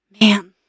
Man